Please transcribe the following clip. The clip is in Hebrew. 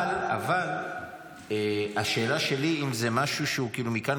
--- אבל השאלה שלי היא אם זה משהו שהוא מכאן